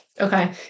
okay